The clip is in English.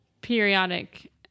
periodic